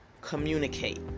communicate